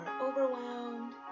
overwhelmed